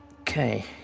Okay